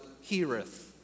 heareth